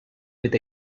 with